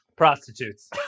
Prostitutes